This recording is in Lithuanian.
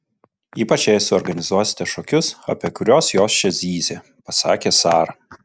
ypač jei suorganizuosite šokius apie kuriuos jos čia zyzė pasakė sara